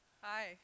Hi